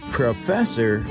professor